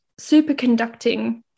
superconducting